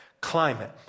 climate